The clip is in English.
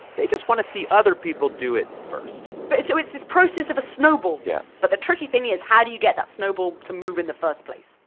they just want to see other people do it first but so it's this process of a snowball. yeah but the tricky thing is, how do you get that snowball to move in the first place?